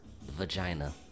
vagina